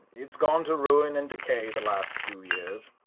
it's gone to ruin and decay the last few years.